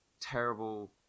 terrible